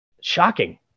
shocking